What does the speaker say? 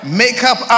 makeup